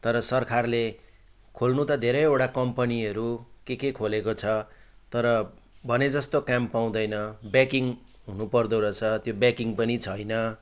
तर सरकारले खोल्नु त धेरैवटा कम्पनीहरू के के खोलेको छ तर भने जस्तो काम पाउँदैन ब्याकिङ हुनुपर्दो रहेछ त्यो ब्याकिङ पनि छैन